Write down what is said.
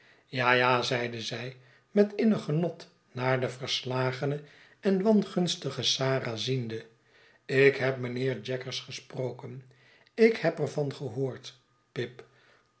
ja ja zeide zij met innig genot naar de verslagene en wangunstige sarah ziende ik heb mijnheer jaggers gesproken ik heb er van gehoord pip